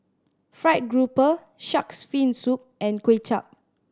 fried grouper Shark's Fin Soup and Kuay Chap